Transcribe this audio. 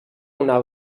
una